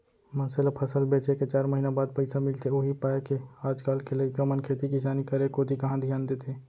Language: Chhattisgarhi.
मनसे ल फसल बेचे के चार महिना बाद पइसा मिलथे उही पायके आज काल के लइका मन खेती किसानी करे कोती कहॉं धियान देथे